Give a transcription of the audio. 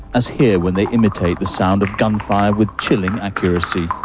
as here when they imitate the sounds of gunfire with chilling accuracy.